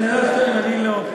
אלעזר שטרן יגיד לא.